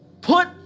Put